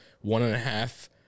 one-and-a-half